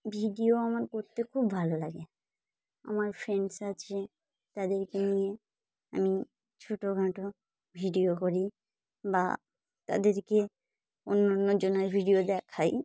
video আমার করতে খুব ভালো লাগে আমার ফ্রেন্ডস আছে তাদেরকে নিয়ে আমি ছোটখাটো ভিডিও করি বা তাদেরকে অন্য অন্য জনের ভিডিও দেখাই